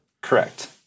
Correct